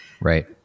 Right